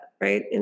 right